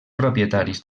propietaris